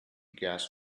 gas